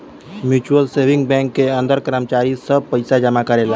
mutual saving bank के अंदर कर्मचारी सब पइसा जमा करेले